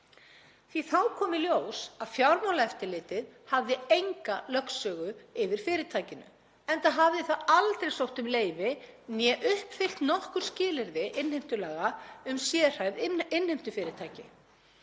því þá kom í ljós að Fjármálaeftirlitið hafði enga lögsögu yfir fyrirtækinu enda hafði það aldrei sótt um leyfi né uppfyllt nokkur skilyrði innheimtulaga um sérhæfð innheimtufyrirtæki.